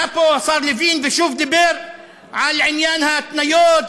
עלה פה השר לוין ושוב דיבר על עניין ההתניות,